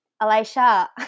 Elisha